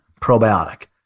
probiotic